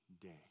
day